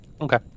Okay